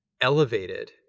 elevated